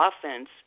offense